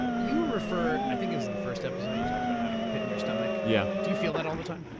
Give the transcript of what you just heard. you refer, i think it was in the first episode, you talked about having a pit in your stomach. yeah. do you feel that all the time?